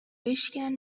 بشکن